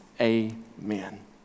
Amen